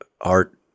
art